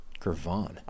gervon